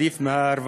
עדיף על הרווחה.